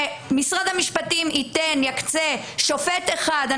משרד המשפטים יקצה שופט אחד.